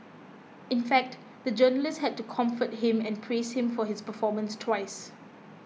in fact the journalist had to comfort him and praise him for his performance twice